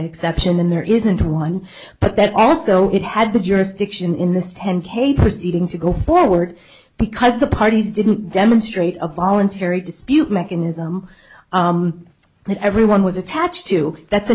exception in there isn't one but that also it had the jurisdiction in this ten k proceeding to go forward because the parties didn't demonstrate a voluntary dispute mechanism and everyone was attached to that's